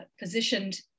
positioned